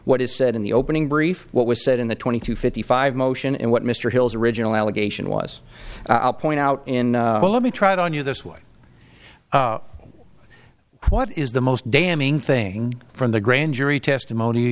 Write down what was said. what is said in the opening brief what was said in the twenty two fifty five motion and what mr hill's original allegation was i'll point out in the let me try it on you this way what is the most damning thing from the grand jury testimony you